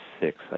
Six